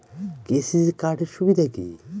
KCC card এর সুবিধা কি?